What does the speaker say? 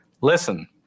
listen